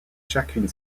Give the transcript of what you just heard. chacune